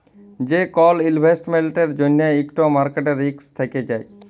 যে কল ইলভেস্টমেল্টের জ্যনহে ইকট মার্কেট রিস্ক থ্যাকে যায়